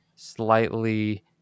slightly